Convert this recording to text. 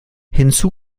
hinzu